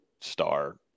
star